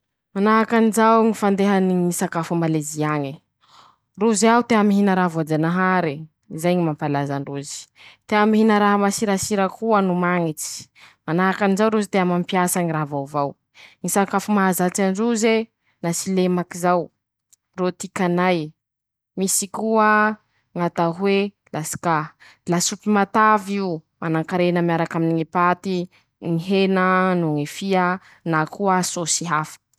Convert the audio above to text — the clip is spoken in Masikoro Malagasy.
Manahakan'izao ñy fandehany ñy sakafo à Malezy añe: Rozy ao tea mihina raha voajanahare zay ñy mampalaza androzy, tea mihina raha masirasira koa no mañitsy, manahakanjao rozy tea mampiasa ñy raha vaovao, ñy sakafo mahazatsy androze nasilemaky zao, rotikanay, misy koaa, ñatao hoe lasika, lasopy matav'io manankarena miarak'aminy ñy paty, ñy hena noho ñy fia na koa sôsy hafa.